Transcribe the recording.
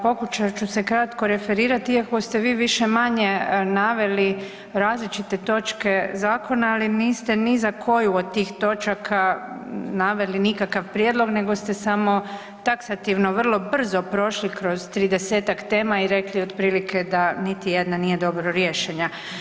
Pokušat ću se kratko referirati iako ste više-manje naveli različite točke zakona ali niste ni za koju od tih točaka naveli nikakav prijedlog, nego ste samo taksativno vrlo brzo prošli kroz 30-tak tema i rekli otprilike da niti jedna nije dobro riješena.